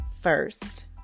first